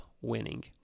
winning